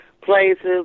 places